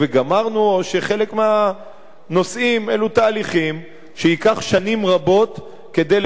או שחלק מהנושאים הם תהליכים שייקח שנים רבות לתקן אותם,